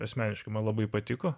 asmeniškai man labai patiko